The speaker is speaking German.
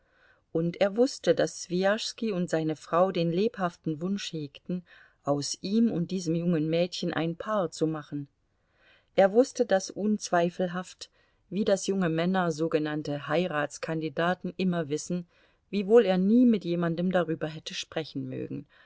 und er wußte daß swijaschski und seine frau den lebhaften wunsch hegten aus ihm und diesem jungen mädchen ein paar zu machen er wußte das unzweifelhaft wie das junge männer sogenannte heiratskandidaten immer wissen wiewohl er nie mit jemandem darüber hätte sprechen mögen